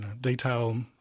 detail